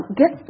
get